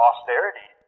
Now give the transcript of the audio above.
Austerity